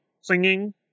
singing